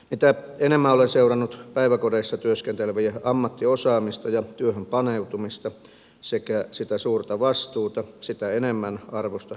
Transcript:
mitä enemmän olen seurannut päiväkodeissa työskentelevien ammattiosaamista ja työhön paneutumista sekä sitä suurta vastuuta sitä enemmän arvostan heidän työtään